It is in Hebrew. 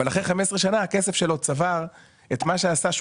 אבל אחרי 15 שנה הכסף שלו צבר את מה שעשה,